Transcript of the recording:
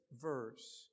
verse